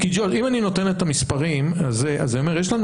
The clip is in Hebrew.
כי אם אני נותן את המספרים, יש לנו